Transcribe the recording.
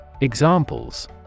Examples